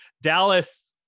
Dallas